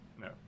No